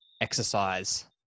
exercise